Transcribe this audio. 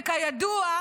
וכידוע,